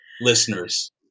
listeners